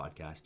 podcast